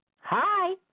Hi